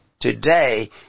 today